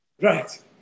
Right